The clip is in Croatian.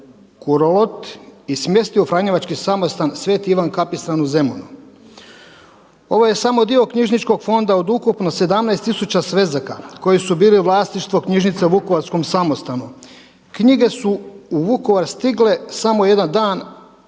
Kurot i smjestio u franjevački samostan sv. Ivan Kapistan u Zemunu. Ovo je samo dio knjižničkog fonda od ukupno 17000 svezaka koji su bili vlasništvo knjižnice u Vukovarskom samostanu. Knjige su u Vukovar stigle samo jedan dan